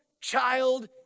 child